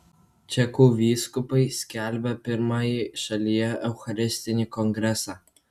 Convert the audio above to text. čekų vyskupai skelbia pirmąjį šalyje eucharistinį kongresą